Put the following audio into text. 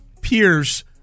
peers